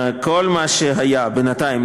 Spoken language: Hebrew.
כל מה שהיה בינתיים,